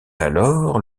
alors